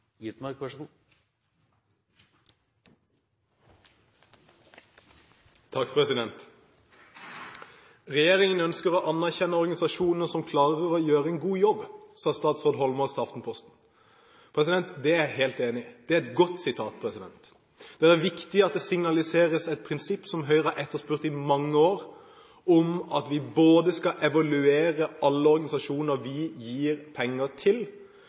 ønsker å anerkjenne organisasjoner som klarer å gjøre en god jobb,» sa statsråd Holmås til Aftenposten. Det er jeg helt enig i, det er et godt sitat. Det er viktig at det signaliseres et prinsipp som Høyre har etterspurt i mange år, at vi skal evaluere alle organisasjoner vi gir penger til,